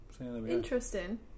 Interesting